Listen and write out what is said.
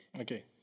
Okay